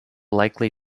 likely